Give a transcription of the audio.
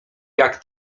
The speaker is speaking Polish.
jak